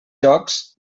jocs